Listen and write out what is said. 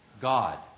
God